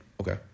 Okay